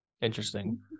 Interesting